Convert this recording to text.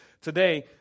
today